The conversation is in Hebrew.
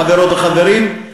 חברות וחברים,